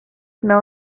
mill